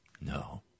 No